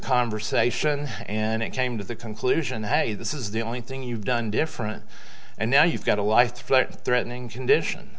conversation and it came to the conclusion hey this is the only thing you've done different and now you've got a life threatening condition